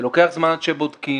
ולוקח זמן כשבודקים.